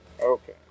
Okay